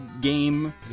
game